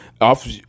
Off